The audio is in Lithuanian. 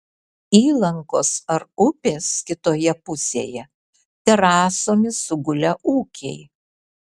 įlankos ar upės kitoje pusėje terasomis sugulę ūkiai